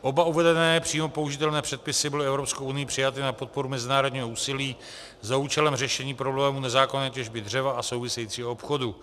Oba uvedené přímo použitelné předpisy byly Evropskou unií přijaty na podporu mezinárodního úsilí za účelem řešení problémů nezákonné těžby dřeva a souvisejícího obchodu.